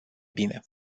bine